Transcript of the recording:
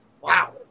Wow